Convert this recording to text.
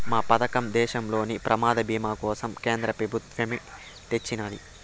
ఈ పదకం దేశంలోని ప్రమాద బీమా కోసరం కేంద్ర పెబుత్వమ్ తెచ్చిన్నాది